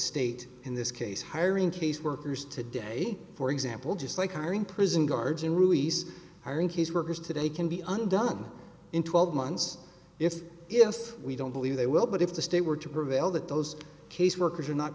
state in this case hiring caseworkers today for example just like are in prison guards and ruiz hiring his workers today can be undone in twelve months if we don't believe they will but if the state were to prevail that those case workers are not